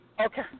Okay